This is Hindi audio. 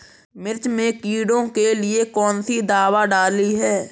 मिर्च में कीड़ों के लिए कौनसी दावा डाली जाती है?